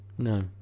No